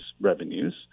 revenues